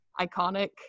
iconic